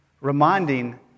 Reminding